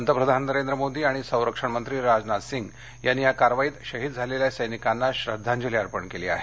पंतप्रधान नरेंद्र मोदी आणि संरक्षण मंत्री राजनाथ सिंग यांनी या कारवाईत शहीद झालेल्या सैनिकांना श्रद्धांजली अर्पण केली आहे